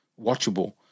watchable